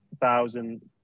thousand